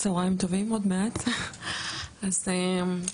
עוד מעט צהריים טובים.